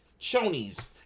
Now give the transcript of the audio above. chonies